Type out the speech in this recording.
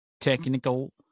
technical